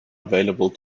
available